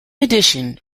addition